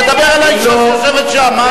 תדבר אל האשה שיושבת שם.